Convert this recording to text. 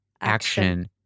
action